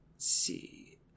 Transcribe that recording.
see